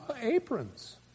Aprons